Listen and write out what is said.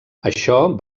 això